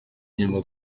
inyuma